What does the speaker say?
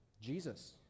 Jesus